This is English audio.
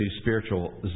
spiritual